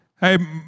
Hey